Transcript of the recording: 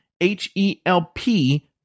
H-E-L-P